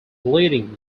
bleeding